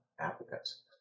applicants